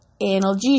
analgesia